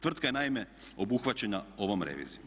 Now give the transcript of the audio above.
Tvrtka je naime obuhvaćena ovom revizijom.